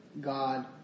God